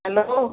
hello